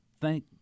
thank